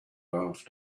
after